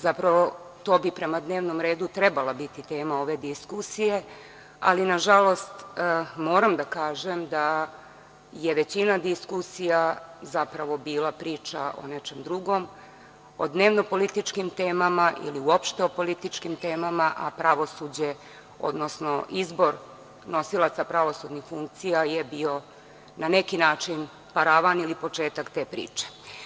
Zapravo, to bi prema dnevnom redu trebalo biti tema ove diskusije, ali nažalost, moram da kažem da je većina diskusija zapravo bila priča o nečemu drugom, o dnevno-političkim temama ili uopšte o političkim temama, a pravosuđe, odnosno izbor nosilaca pravosudnih funkcija je bio na neki način paravan ili početak te priče.